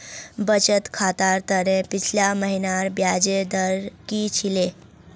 बचत खातर त न पिछला महिनार ब्याजेर दर की छिले